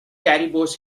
caribous